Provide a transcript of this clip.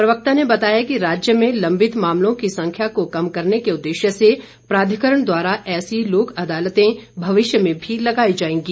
प्रवक्ता ने बताया कि राज्य में लंबित मामलों की संख्या को कम करने के उद्देश्य से प्राधिकरण द्वारा ऐसी लोक अदालतें भविष्य में भी लगाई जाएंगी